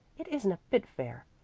it isn't a bit fair,